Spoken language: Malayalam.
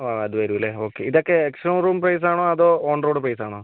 ഓ അത് വരുമല്ലേ ഓക്കെ ഇതൊക്കെ എക്സ് ഫോർ റൂം പ്രൈസ് ആണോ അതോ ഓൺറോഡ് പ്രൈസ് ആണോ